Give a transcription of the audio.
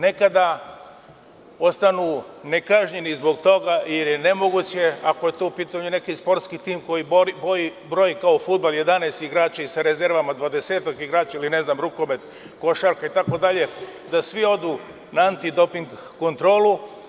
Nekada ostanu nekažnjeni zbog toga jer je nemoguće, ako je to u pitanju neki sportski tim koji broji kao fudbal 11 igrača i sa rezervama 20 igrača, ili, ne znam, rukomet, košarka itd, da svi odu na antidoping kontrolu.